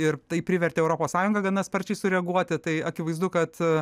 ir tai privertė europos sąjungą gana sparčiai sureaguoti tai akivaizdu kad